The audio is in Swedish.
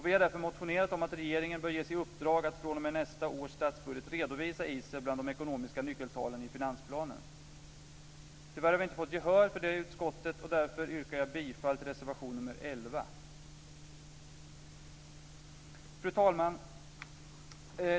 Vi har därför motionerat om att regeringen bör ges i uppdrag att fr.o.m. nästa års statsbudget redovisa ISEW bland de ekonomiska nyckeltalen i finansplanen. Tyvärr har vi inte fått gehör för det i utskottet, och därför yrkar jag bifall till reservation nr 11. Fru talman!